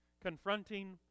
confronting